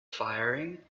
firing